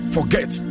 Forget